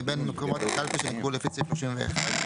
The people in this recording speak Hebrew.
מבין מקומות הקלפי שנקבעו לפי סעיף 31,